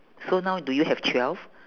so now do you have twelve